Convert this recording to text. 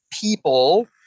people